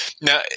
Now